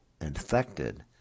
infected